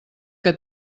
que